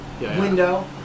window